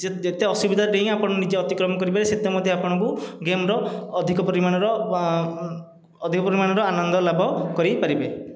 ସେ ଯେତେ ଅସୁବିଧା ଡେଇଁ ଆପଣ ନିଜେ ଅତିକ୍ରମ କରିବେ ସେତେ ମଧ୍ୟ ଆପଣଙ୍କୁ ଗେମ୍ର ଅଧିକ ପରିମାଣର ବା ଅଧିକ ପରିମାଣର ଆନନ୍ଦ ଲାଭ କରିପାରିବେ